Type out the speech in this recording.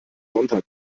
sonntag